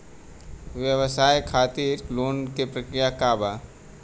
व्यवसाय खातीर लोन के प्रक्रिया का बा?